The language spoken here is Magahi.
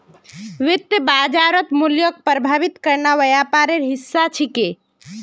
वित्तीय बाजारत मूल्यक प्रभावित करना व्यापारेर हिस्सा छिके